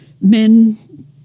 men